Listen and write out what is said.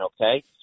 Okay